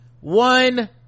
one